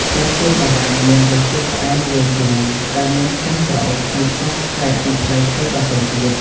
ផ្លែទៀបបារាំងមានរសជាតិផ្អែមលាយជូរ ដែលមានក្លិនក្រអូបឈ្ងុយឈ្ងប់ប្លែកពីផ្លែឈើដទៃទៀត។